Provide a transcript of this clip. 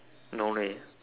no leh